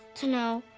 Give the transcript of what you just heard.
to know,